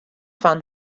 fan